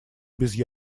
без